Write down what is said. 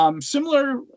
Similar